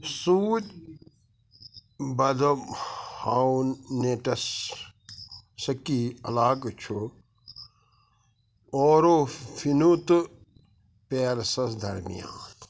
سوٗدۍ بدم ہاو نیٚٹس سَکی علاقہٕ چھُ اورو فِنو تہٕ پیرسَس درمیان